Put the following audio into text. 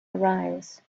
arise